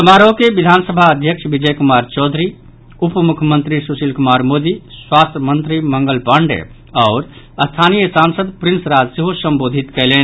समारोह के विधानसभा अध्यक्ष विजय कुमार चौधरी उप मुख्यमंत्री सुशील कुमार मोदी स्वास्थ्य मंत्री मंगल पांडेय आओर स्थानीय सांसद प्रिंस राज सेहो संबोधित कयलनि